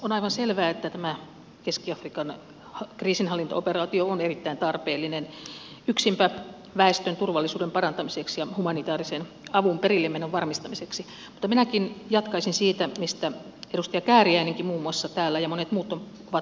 on aivan selvää että tämä keski afrikan kriisinhallintaoperaatio on erittäin tarpeellinen yksinpä väestön turvallisuuden parantamiseksi ja humanitäärisen avun perillemenon varmistamiseksi mutta minäkin jatkaisin siitä mistä muiden muassa edustaja kääriäinenkin ja monet muut täällä ovat puhuneet